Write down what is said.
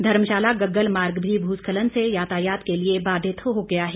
धर्मशाला गग्गल मार्ग भी भूस्खलन से यातायात के लिए बाधित हो गया है